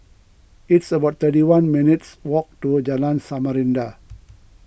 it's about thirty one minutes' walk to Jalan Samarinda